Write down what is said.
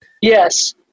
Yes